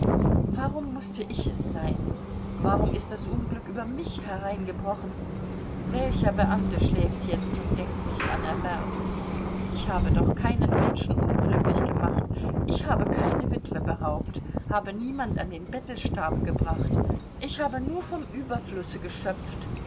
warum mußte ich es sein warum ist das unglück über mich hereingebrochen welcher beamte schläft jetzt und denkt nicht an erwerb ich habe doch keinen menschen unglücklich gemacht ich habe keine witwe beraubt habe niemand an den bettelstab gebracht ich habe nur vom überflusse geschöpft